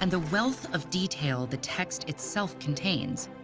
and the wealth of detail the text itself contains.